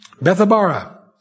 Bethabara